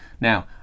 Now